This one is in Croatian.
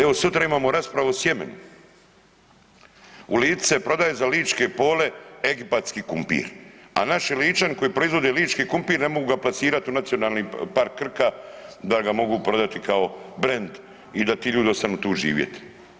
Evo sutra imamo raspravu o sjemenu, u Lici se prodaje za ličke pole egipatski kumpir, a naši Ličani koji proizvode lički kumpir ne mogu ga plasirati u Nacionalni park Krka da ga mogu prodati kao brend i da ti ljudi ostanu tu živjeti.